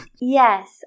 yes